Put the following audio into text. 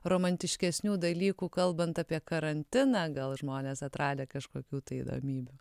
romantiškesnių dalykų kalbant apie karantiną gal žmonės atradę kažkokių tai įdomybių